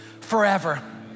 forever